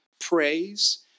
praise